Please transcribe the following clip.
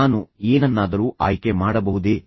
ನಾನು ಏನನ್ನಾದರೂ ಆಯ್ಕೆ ಮಾಡಬಹುದೇ